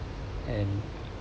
and